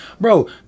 Bro